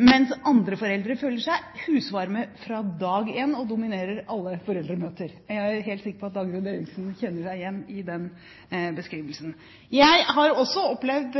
mens andre foreldre er husvarme fra dag én og dominerer alle foreldremøter – jeg er helt sikker på at Dagrun Eriksen kjenner seg igjen i den beskrivelsen. Jeg har opplevd